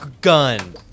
gun